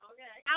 Okay